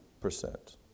percent